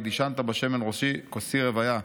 דשנת בשמן ראשי כוסי רויה.